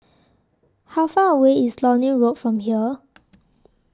How Far away IS Lornie Road from here